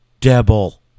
devil